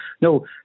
No